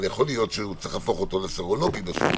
יכול להיות שצריך להפוך אותו לסרולוגי בסוף.